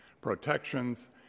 protections